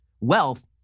Wealth